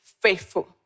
faithful